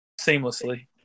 seamlessly